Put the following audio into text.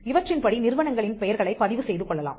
இவற்றின்படி நிறுவனங்களின் பெயர்களைப் பதிவு செய்து கொள்ளலாம்